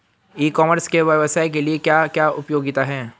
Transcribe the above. ई commerce के व्यवसाय के लिए क्या उपयोगिता है?